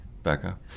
Becca